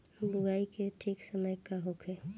बुआई के ठीक समय का होखे?